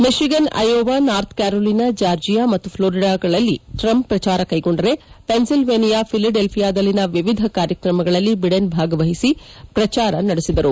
Michigan Iowa North Carolina Georgia ಮತ್ತು ಫ್ಲೋರಿಡಾಗಳಲ್ಲಿ Trump ಪ್ರಚಾರ ಕೈಗೊಂಡರೆ ವೆನ್ಲಿಲ್ವೇನಿಯಾ ಫಿಲಿಡೆಳ್ಳಿಯಾದಲ್ಲಿನ ವಿವಿಧ ಕಾರ್ಯಕ್ರಮಗಳಲ್ಲಿ ಬಿಡೆನ್ ಭಾಗವಹಿಸಿ ಪ್ರಚಾರ ನಡೆಸಿದರು